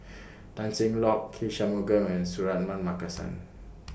Tan Cheng Lock K Shanmugam and Suratman Markasan